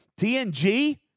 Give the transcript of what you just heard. TNG